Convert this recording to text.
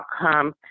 outcome